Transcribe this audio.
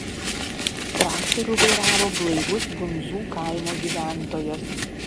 traktorių vairavo blaivus bundzų kaimo gyventojas